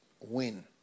win